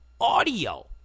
audio